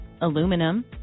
aluminum